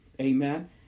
Amen